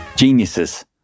geniuses